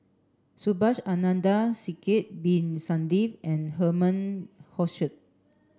Subhas Anandan Sidek bin Saniff and Herman Hochstadt